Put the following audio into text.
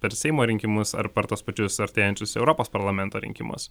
per seimo rinkimus ar per tuos pačius artėjančius europos parlamento rinkimus